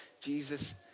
Jesus